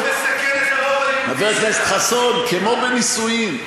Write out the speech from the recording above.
זה לא מסכן את הרוב היהודי שלנו.